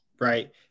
Right